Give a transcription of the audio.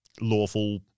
lawful